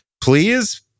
please